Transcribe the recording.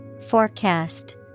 Forecast